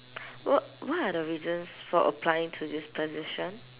what what are the reasons for applying to this position